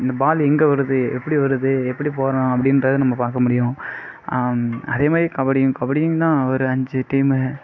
இந்த பால் எங்கே வருது எப்படி வருது எப்படி போடறோம் அப்படின்றதை நம்ம பார்க்க முடியும் அதே மாதிரி கபடியும் கபடியும்தான் ஒரு அஞ்சு டீமு